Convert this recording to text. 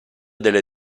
delle